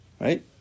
Right